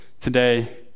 today